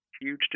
huge